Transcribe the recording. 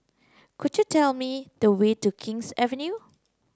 could you tell me the way to King's Avenue